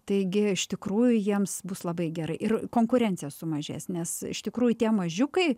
taigi iš tikrųjų jiems bus labai gerai ir konkurencija sumažės nes iš tikrųjų tie mažiukai